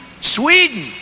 Sweden